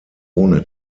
ohne